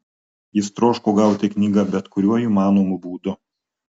jis troško gauti knygą bet kuriuo įmanomu būdu